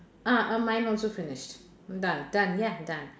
ah uh mine also finished done done ya done